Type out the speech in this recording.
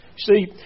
see